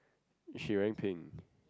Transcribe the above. she wearing pink